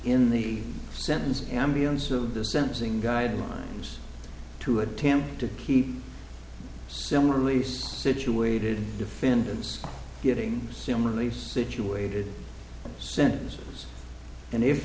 in the sentencing ambiance of the sentencing guidelines to attempt to keep similar release situated defendants getting similarly situated sentences and if